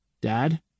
Dad